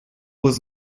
was